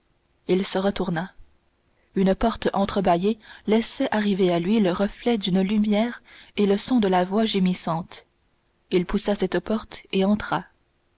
il se retourna une porte entrebâillée laissait arriver à lui le reflet d'une lumière et le son de la voix gémissante il poussa cette porte et entra